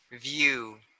view